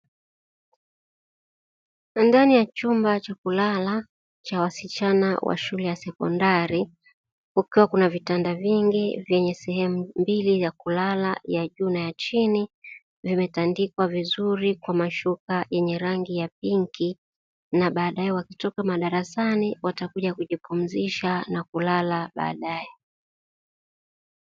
Ndani ya chumba cha kulala cha wasichana wa shule ya sekondari ukiwa kuna vitanda vingi vyenye sehemu mbili za kulala ya juu na ya chini, vimetandikwa vizuri kwa mashuka yenye rangi ya pinki na baadaye wakitoka madarasani watakuja kujipumzisha na kulala baadae.